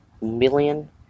million